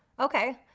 okay,